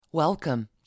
Welcome